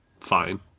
fine